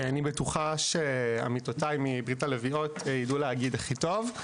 אני בטוחה עמיתותיי מ- ברית הלביאות יידעו להגיד הכי טוב.